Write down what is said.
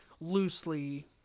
loosely